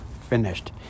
finished